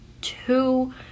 two